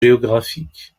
géographiques